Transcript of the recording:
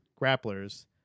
grapplers